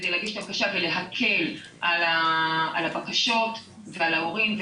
כדי להגיש את הבקשה ולהקל על הבקשות ועל ההורים,